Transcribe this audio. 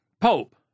Pope